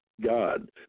God